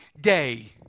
day